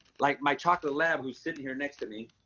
like my chocolate lab, who's sitting here next to me,